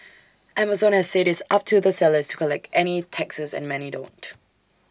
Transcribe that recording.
Amazon has said it's up to the sellers to collect any taxes and many don't